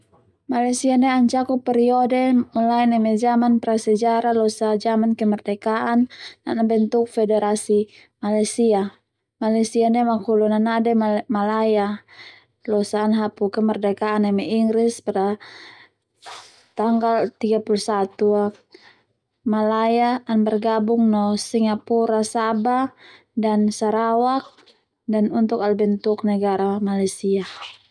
Malaysia ndia ala cakub periode mulai neme jaman prasejarah losa jaman kemerdekaan ana bentuk federasi Malaysia. Malaysia ndia makhulun a nade Malaya losa ana hapu kemerdekaan neme Inggris pada tanggal tiga puluh satu a Malaya ana bergabung no Singapura Sabah dan sarawak dan untuk ala bentuk negara Malaysia.